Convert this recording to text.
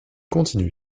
continue